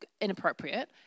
inappropriate